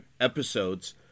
episodes